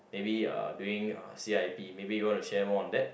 maybe uh during uh C_I_P maybe you want to share more on that